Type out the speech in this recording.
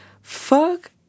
fuck